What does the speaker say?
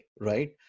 right